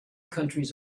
countries